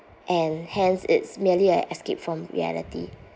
and hence it's merely a escape from reality